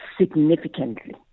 significantly